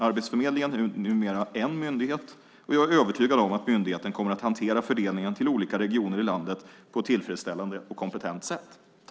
Arbetsförmedlingen är numera en myndighet och jag är övertygad om att myndigheten kommer att hantera fördelningen till olika regioner i landet på ett tillfredsställande och kompetent sätt.